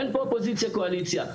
אין פה אופוזיציה קואליציה,